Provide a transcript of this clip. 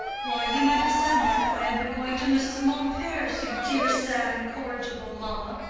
why, you might have said that, if i had been going to mrs. mompert's, you dear, sad, incorrigible mamma!